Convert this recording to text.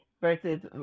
versus